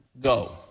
go